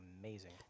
amazing